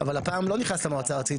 אבל הפעם זה לא נכנס למועצה הארצית.